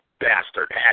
bastard